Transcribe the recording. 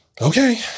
Okay